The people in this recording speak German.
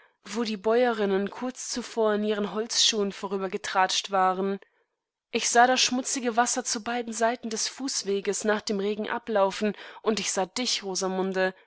wo die bäuerinnen kurz zuvor in ihren holzschuhen vorübergetratscht waren ich sah das schmutzige wasser zu beiden seiten des fußweges nach dem regen ablaufen und ich sah